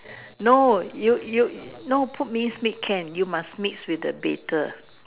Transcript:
no you you no put me meet can you must meet sweet be to